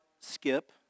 skip